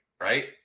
right